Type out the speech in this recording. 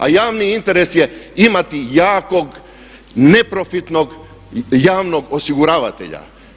A javni interes je imati jakog, neprofitnog javnog osiguravatelja.